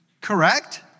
correct